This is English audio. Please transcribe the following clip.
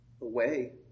Away